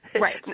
Right